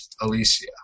Alicia